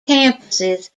campuses